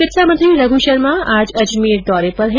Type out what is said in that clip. चिकित्सा मंत्री रघु शर्मा आज अजमेर दौरे पर है